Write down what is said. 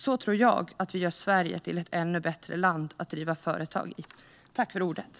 Så tror jag att vi gör Sverige till ett ännu bättre land att driva företag i.